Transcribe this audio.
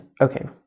okay